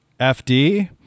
FD